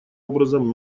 образом